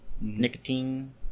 nicotine